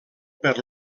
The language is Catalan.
per